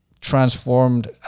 transformed